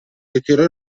ritirò